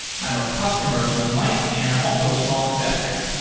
i'm a customer of moonlight and i'm also a small investor.